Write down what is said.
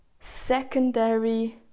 secondary